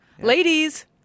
Ladies